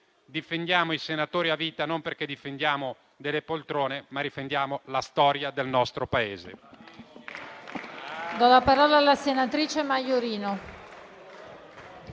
difendiamo i senatori a vita non perché difendiamo delle poltrone, ma perché difendiamo la storia del nostro Paese.